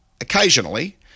occasionally